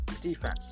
defense